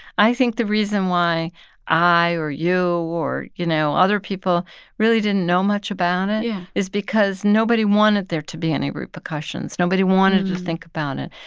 i think the reason why i or you or, you know, other people really didn't know much about yeah. is because nobody wanted there to be any repercussions. nobody wanted to think about it.